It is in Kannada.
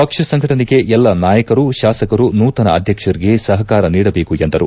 ಪಕ್ಷ ಸಂಘಟನೆಗೆ ಎಲ್ಲ ನಾಯಕರು ಶಾಸಕರು ನೂತನ ಅಧ್ಯಕ್ಷರಿಗೆ ಸಹಕಾರ ನೀಡಬೇಕು ಎಂದರು